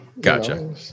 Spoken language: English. Gotcha